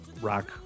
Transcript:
rock